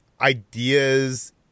ideas